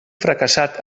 fracassat